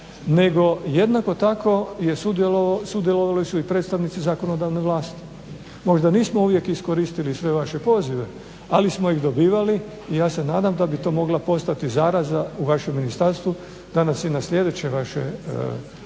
je sudjelovalo, sudjelovali su i predstavnici zakonodavne vlasti. Možda nismo uvijek iskoristili sve vaše pozive, ali smo ih dobivali i ja se nadam da bi to mogla postati zaraza u vašem ministarstvu. I da nas i na sljedeće vaše